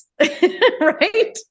right